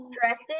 dresses